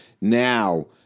Now